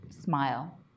smile